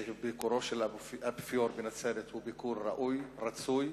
שביקורו של האפיפיור בנצרת הוא ביקור ראוי, רצוי,